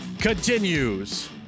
continues